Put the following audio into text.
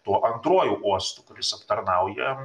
tuo antruoju uostu kuris aptarnauja